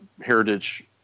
heritage